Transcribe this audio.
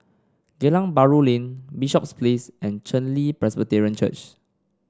Geylang Bahru Lane Bishops Place and Chen Li Presbyterian Church